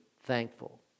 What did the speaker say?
thankful